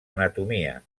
anatomia